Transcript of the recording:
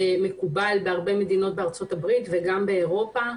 שמקובל בהרבה מדינות בארצות הברית וגם באירופה.